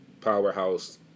powerhouse